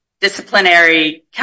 disciplinary